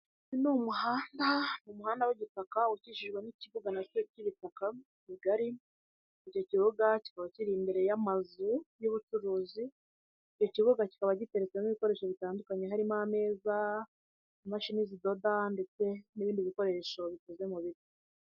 Uyu ni umuhanda, umuhanda w'igitaka ukikijwe n'ikibuga nacyo k'ibitaka i kigali, icyo kibuga kikaba kiri imbere y'amazu y'ubucuruzi, icyo kibuga kikaba gitewemo ibikoresho bitandukanye, harimo ameza, imashini zidoda ndetse n'ibindi bikoresho bikoze mu biti.